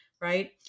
right